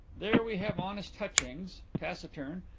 there we have honest hutchins taciturn,